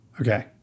Okay